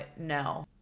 No